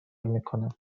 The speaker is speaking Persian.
میکنم